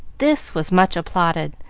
this was much applauded,